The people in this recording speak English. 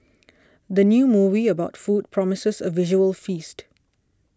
the new movie about food promises a visual feast